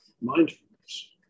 mindfulness